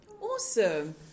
Awesome